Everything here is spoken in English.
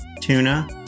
tuna